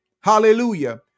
hallelujah